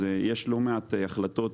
יש לא מעט החלטות